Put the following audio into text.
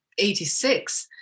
86